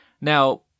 Now